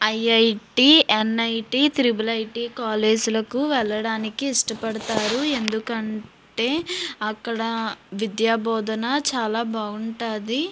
IIT NIT triple IT కాలేజీలకు వెళ్ళడానికి ఇష్టపడతారు ఎందుకంటే అక్కడ విద్యాబోధన చాలా బాగుంటుంది